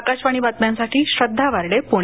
आकाशवाणी बातम्यांसाठी श्रद्धा वार्डे पूणे